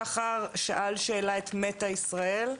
שחר שאל שאלה את "מטא ישראל",